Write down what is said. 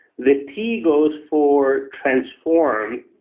the t goes for transform,